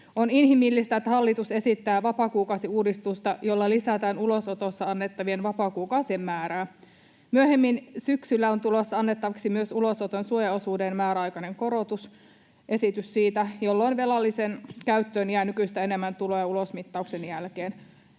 On inhimillistä, että hallitus esittää vapaakuukausiuudistusta, jolla lisätään ulosotossa annettavien vapaakuukausien määrää. Myöhemmin syksyllä on tulossa annettavaksi esitys myös ulosoton suojaosuuden määräaikaisesta korotuksesta, jolloin velallisen käyttöön jää nykyistä enemmän tuloja ulosmittauksen jälkeen.